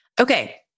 Okay